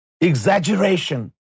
Exaggeration